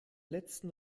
letzten